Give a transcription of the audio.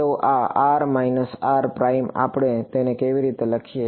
તો આ r minus r prime આપણે તેને કેવી રીતે લખીએ